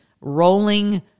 rolling